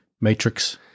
matrix